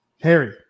Harry